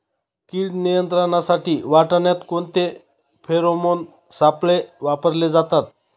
कीड नियंत्रणासाठी वाटाण्यात कोणते फेरोमोन सापळे वापरले जातात?